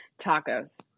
Tacos